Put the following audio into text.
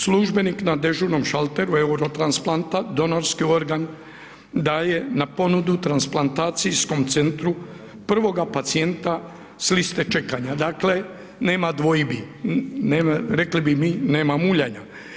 Službenik na dežurnom šalteru Eurotransplanta donorski organ daje na ponudu transplantacijskom centru prvoga pacijenta s liste čekanja, dakle, nema dvojbi, rekli bi mi, nema muljanja.